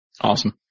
Awesome